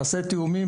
תעשה תאומים,